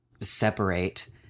separate